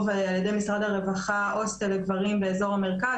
על ידי משרד הרווחה הוסטל לגברים באזור המרכז,